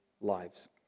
lives